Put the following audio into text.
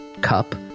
cup